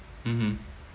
mmhmm